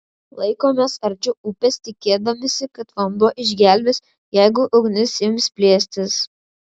laikomės arčiau upės tikėdamiesi kad vanduo išgelbės jeigu ugnis ims plėstis